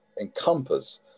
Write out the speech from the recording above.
encompass